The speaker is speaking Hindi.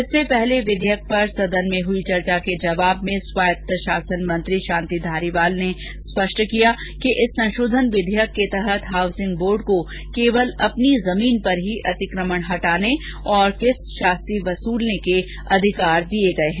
इससे पहले विधेयक पर सदन में हई चर्चा के जवाब में स्वायत्त शासन मंत्री शांति धारीवाल ने स्पष्ट किया कि इस संशोधन विधेयक के तहत हाउसिंग बोर्ड को केवल अपनी जमीन पर ही अतिकमण हटाने और किस्त शास्ती वसलने के लिए अधिकार दिए गए हैं